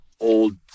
old